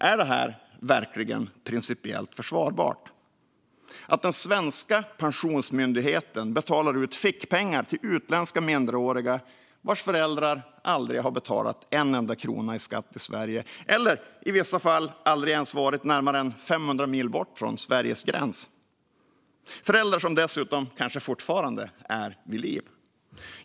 Är det verkligen principiellt försvarbart att den svenska pensionsmyndigheten betalar ut fickpengar till utländska minderåriga vars föräldrar aldrig har betalat en enda krona i skatt till Sverige, i vissa fall aldrig ens varit närmare än 500 mil bort från Sveriges gräns och dessutom kanske fortfarande är vid liv?